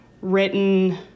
written